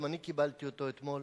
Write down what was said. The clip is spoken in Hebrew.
גם אני קיבלתי אותו אתמול,